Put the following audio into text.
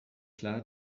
klar